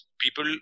people